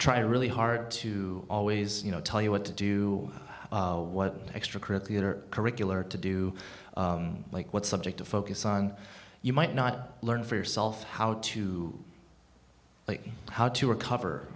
try really hard to always you know tell you what to do what extracurricular curricular to do like what subject to focus on you might not learn for yourself how to how to recover